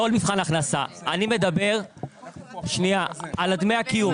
לא על מבחן הכנסה, אני מדבר על דמי הקיום.